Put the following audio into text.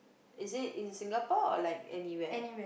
is it in Singapore or like anywhere